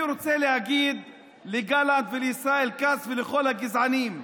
אני רוצה להגיד לגלנט ולישראל כץ ולכל הגזענים: